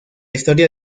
historia